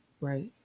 right